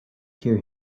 hear